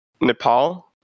Nepal